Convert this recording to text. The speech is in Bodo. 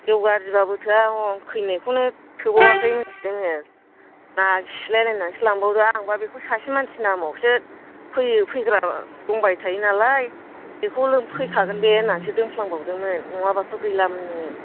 जौ गाज्रिबाबो थोआ खैनायखौनो थोबावाखै मिथिदों नोङो नारसिलायनानैसो लांबावदों आंबा बेखौ सासे मानसिनि नामआवसो फैग्रा दंखायोनालाय बेखौनो फैखागोन बे होननानैसो दोनफ्लांबावदोंमोन नङाबाथ' गैलामोन नोङो